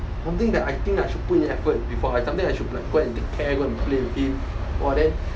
something that I think I should put in effort before something I should like go and take care go and play a bit !wah! then